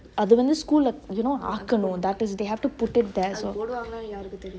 அது வந்து:athu vanthu school leh you know ஆக்கனு:aakunu that is they have to put it there